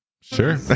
sure